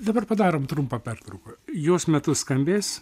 dabar padarom trumpą pertrauką jos metu skambės